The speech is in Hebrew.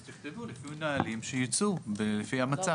אז תכתבו, לפי נהלים שייצאו לפי המצב.